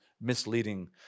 misleading